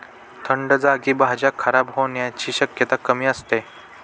थंड जागी भाज्या खराब होण्याची शक्यता कमी असते